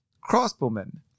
crossbowmen